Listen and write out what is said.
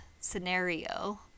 Scenario